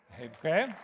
okay